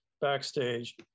backstage